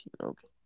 Okay